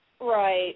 Right